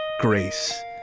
Grace